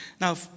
Now